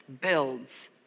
builds